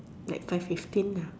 like five fifteen ah